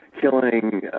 killing